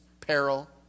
peril